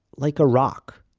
like a rock.